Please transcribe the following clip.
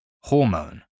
Hormone